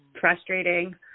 frustrating